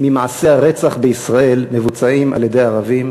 ממעשי הרצח בישראל מבוצעים על-ידי ערבים?